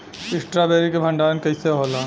Strawberry के भंडारन कइसे होला?